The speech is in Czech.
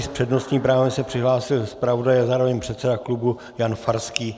S přednostním právem se přihlásil zpravodaj a zároveň předseda klubu Jan Farský.